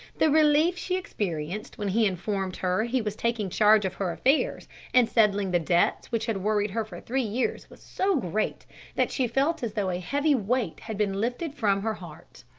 the relief she experienced when he informed her he was taking charge of her affairs and settling the debts which had worried her for three years was so great that she felt as though a heavy weight had been lifted from her heart.